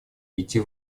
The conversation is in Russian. идти